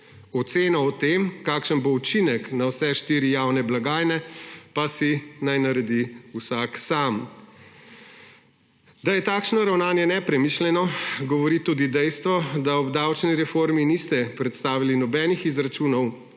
Oceno o tem, kakšen bo učinek na vse štiri javne blagajne, pa naj si naredi vsak sam. Da je takšno ravnanje nepremišljeno, govori tudi dejstvo, da ob davčni reformi niste predstavili nobenih izračunov,